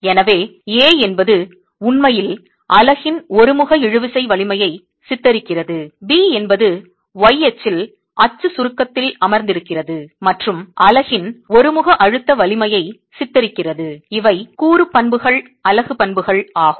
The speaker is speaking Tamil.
எனவே A என்பது உண்மையில் அலகின் ஒருமுக இழுவிசை வலிமையை சித்தரிக்கிறது B என்பது y அச்சில் அச்சு சுருக்கத்தில் அமர்ந்திருக்கிறது மற்றும் அலகின் ஒருமுக அழுத்த வலிமையை சித்தரிக்கிறது இவை கூறு பண்புகள் அலகு பண்புகள் ஆகும்